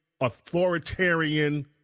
authoritarian